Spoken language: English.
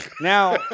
Now